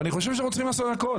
ואני חושב שאנחנו צריכים לעשות הכול.